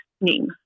name